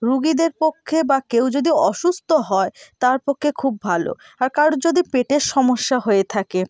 রুগীদের পক্ষে বা কেউ যদি অসুস্থ হয় তার পক্ষে খুব ভালো আর কারোর যদি পেটের সমস্যা হয়ে থাকে